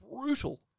brutal